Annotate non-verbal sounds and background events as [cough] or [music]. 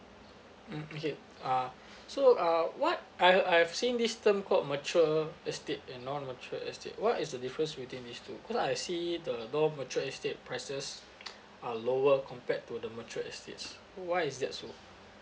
mm okay uh so uh what I've I've seen this term called mature estate and non mature estate what is the difference between these two cause I see the non mature estate prices [noise] are lower compared to the mature estates why is that so